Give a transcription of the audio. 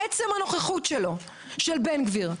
עצם הנוכחות של בן גביר,